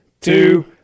two